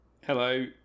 Hello